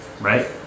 right